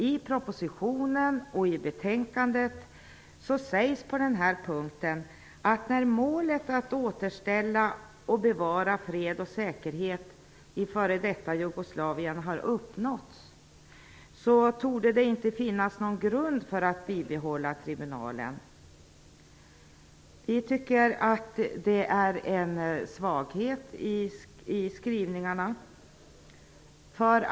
I propositionen och betänkandet sägs på denna punkt att när målet att återställa och bevara fred och säkerhet i f.d. Jugoslavien har uppnåtts, torde det inte finnas någon grund för att bibehålla tribunalen. Vi tycker att det är en svaghet i skrivningarna.